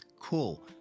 cool